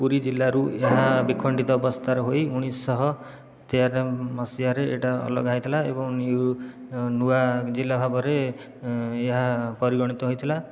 ପୁରୀ ଜିଲ୍ଲାରୁ ଏହା ବିଖଣ୍ଡିତ ଅବସ୍ଥାରେ ହୋଇ ଉଣେଇଶହ ତେୟାନବେ ମସିହାରେ ଏହିଟା ଅଲଗା ହୋଇଥିଲା ଏବଂ ନିଉ ନୂଆ ଜିଲ୍ଲା ଭାବରେ ଏହା ପରିଗଣିତ ହୋଇଥିଲା